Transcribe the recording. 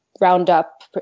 roundup